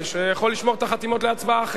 יכול לשמור את החתימות להצבעה אחרת.